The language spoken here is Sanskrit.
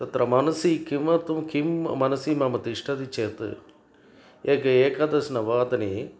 तत्र मानसि किमर्थं किं म मनसि मम तिष्ठति चेत् एक एकादशवादने